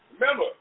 Remember